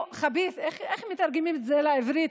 איך מתרגמים את זה לעברית?